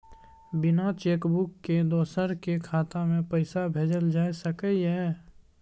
बिना cheque book के दोसर के खाता में पैसा भेजल जा सकै ये?